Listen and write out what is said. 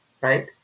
right